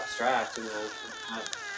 abstract